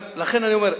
לכן אני אומר,